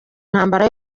ntambara